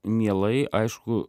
mielai aišku